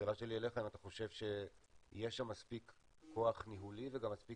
השאלה שלי אליך אם אתה חושב שיש שם מספיק כוח ניהולי ואחריות,